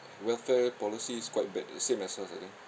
welfare policy is quite bad uh same as us I think